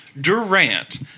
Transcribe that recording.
durant